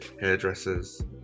hairdressers